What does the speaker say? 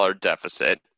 deficit